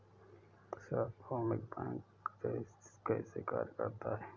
सार्वभौमिक बैंक कैसे कार्य करता है?